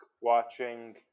watching